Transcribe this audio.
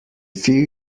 few